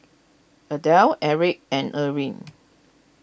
Adell Eric and Earline